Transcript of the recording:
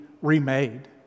remade